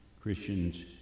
Christians